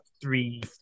three